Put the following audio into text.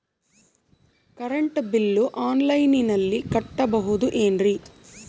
Current bill ಆನ್ಲೈನಿನಲ್ಲಿ ಕಟ್ಟಬಹುದು ಏನ್ರಿ?